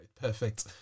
perfect